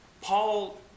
Paul